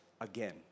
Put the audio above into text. again